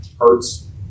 hurts